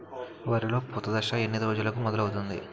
వరిలో పూత దశ ఎన్ని రోజులకు మొదలవుతుంది?